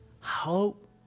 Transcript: Hope